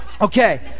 okay